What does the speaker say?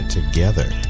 Together